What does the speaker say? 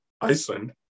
Iceland